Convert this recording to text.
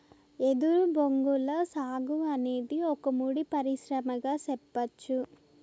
ఎదురు బొంగుల సాగు అనేది ఒక ముడి పరిశ్రమగా సెప్పచ్చు